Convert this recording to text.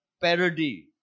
parody